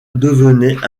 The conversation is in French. devenait